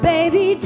Baby